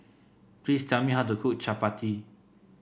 please tell me how to cook Chapati